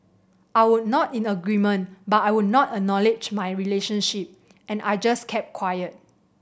I would nod in agreement but I would not acknowledge my relationship and I just kept quiet